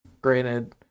Granted